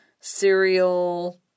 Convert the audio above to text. cereal